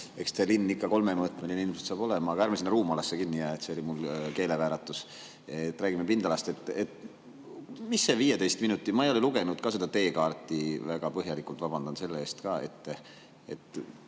Eks te linn ikka kolmemõõtmeline ilmselt saab olema, aga ärme sinna ruumalasse kinni jää, see oli mul keelevääratus. Räägime pindalast. Mis selle 15 minuti [linna] – ma ei ole lugenud ka seda teekaarti väga põhjalikult, vabandan selle eest ette